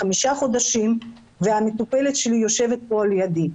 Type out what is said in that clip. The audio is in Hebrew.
חמישה חודשים והמטופלת שלי יושבת כאן לידי.